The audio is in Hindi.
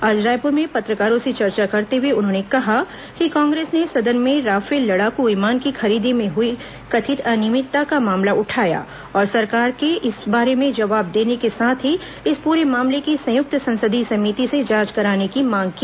आज रायपुर में पत्रकारों से चर्चा करते हुए उन्होंने कहा कि कांग्रेस ने सदन में राफेल लड़ाकू विमान की खरीदी में हुई कथित अनियमितता का मामला उठाया और सरकार से इस बारे में जवाब देने के साथ ही इस पूरे मामले की संयुक्त संसदीय समिति से जांच कराने की मांग की